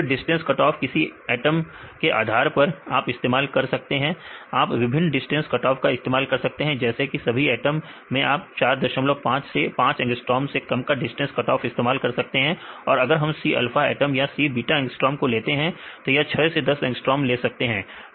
फिर distance cutoff किसी atom के आधार पर आप इस्तेमाल कर सकते हैं आप विभिन्न डिस्टेंस कटऑफ का इस्तेमाल कर सकते हैं जैसे कि सभी एटम में आप 45 से 5 अंगस्ट्रोम से कम का डिस्टेंस कटऑफ इस्तेमाल कर सकते हैं और अगर हम c अल्फा एटम या c बीटा अंगस्ट्रोम को लेते हैं तो यह 6 से 10 अंगस्ट्रोम ले सकते हैं